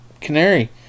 canary